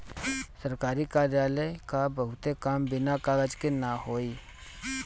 सरकारी कार्यालय क बहुते काम बिना कागज के ना होई